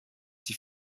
die